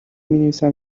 مینویسم